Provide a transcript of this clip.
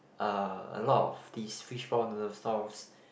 uh a lot of these fish ball noodle stalls